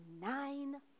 nine